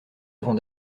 avant